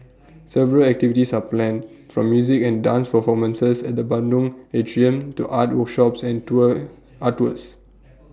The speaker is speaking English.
several activities are planned from music and dance performances at the Padang atrium to art workshops and tour art tours